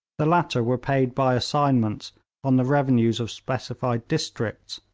the latter were paid by assignments on the revenues of specified districts